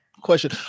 question